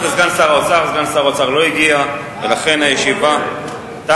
הצעת החוק התקבלה פה אחד.